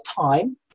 time